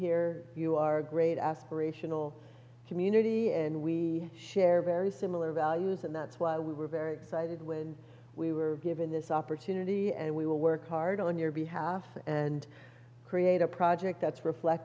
here you are a great aspirational community and we share very similar values and that's why we were very excited when we were given this opportunity and we will work hard on your behalf and create a project that's